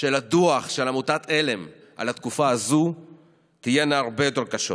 של הדוח של עמותת עלם על התקופה הזאת תהיינה הרבה יותר קשות.